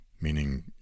meaning